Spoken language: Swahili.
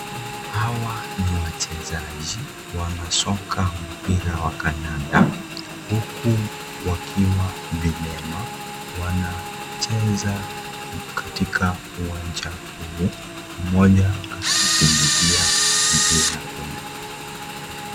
Hawa ni wachezaji, wanasoka wa mpira wa kandanda huku wakiwa vilema. Wanacheza katika uwanja huu mmoja akikimbilia mpira ule.